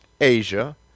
Asia